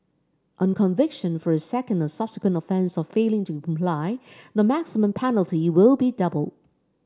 on conviction for a second or subsequent offence of failing to comply the maximum penalty will be doubled